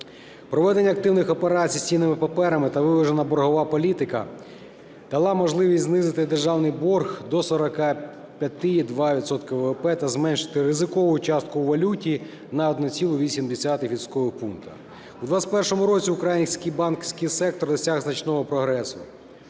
Проведення активних операцій з цінними паперами та виважена боргова політика дала можливість знизити державний борг до 45,2 відсотка ВВП та зменшити ризикову частку у валюті на 1,8 відсоткового пункту. У 2021 році український банківський сектор досяг значного прогресу.